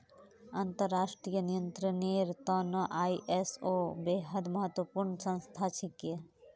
अंतर्राष्ट्रीय नियंत्रनेर त न आई.एस.ओ बेहद महत्वपूर्ण संस्था छिके